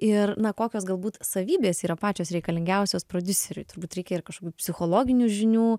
ir na kokios galbūt savybės yra pačios reikalingiausios prodiuseriui turbūt reikia ir kažkokių psichologinių žinių